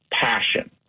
passion